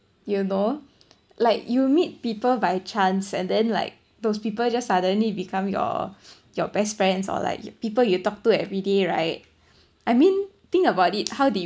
you know like you meet people by chance and then like those people just suddenly become your your best friends or like people you talk to everyday right I mean think about it how did